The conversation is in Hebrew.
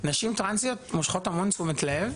נשים טרנסיות מושכות המון תשומת לב.